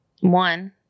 one